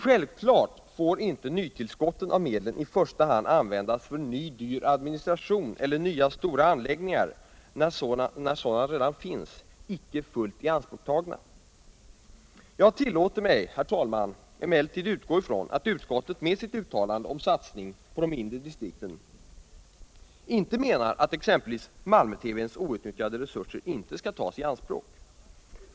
Självfallet får inte nytillskouen av medet i första hand användas för ny dyr administration eller nya stora anläggningar när sådana redan finns icke fullt ianspråktagna. Jag tillåter mig emellertid utgå ifrån att utskottet med sitt uttalande om satsning på de mindre distrikten inte menar att exempelvis Malmötelevisionens outnyttjade resurser inte skall tas i anspråk.